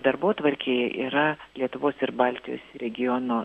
darbotvarkėje yra lietuvos ir baltijos regiono